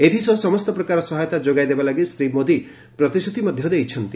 ଏଥିସହ ସମସ୍ତ ପ୍ରକାର ସହାୟତା ଯୋଗାଇ ଦେବାଲାଗି ଶ୍ରୀ ମୋଦି ପ୍ରତିଶ୍ରତି ମଧ୍ୟ ଦେଇଛନ୍ତି